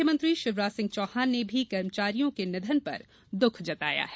मुख्यमंत्री शिवराज सिंह चौहान ने भी कर्मचारियों के निधन पर द्ःख जताया है